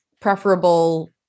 preferable